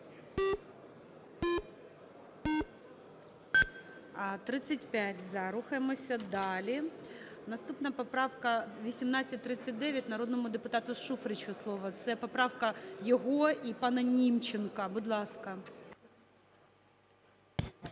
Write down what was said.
За-35 Рухаємося далі. Наступна поправка 1839. Народному депутату Шуфричу слово. Це поправка його і пана Німченка. Будь ласка.